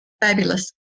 Fabulous